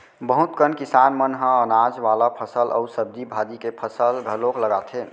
बहुत कन किसान मन ह अनाज वाला फसल अउ सब्जी भाजी के फसल घलोक लगाथे